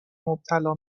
مبتلا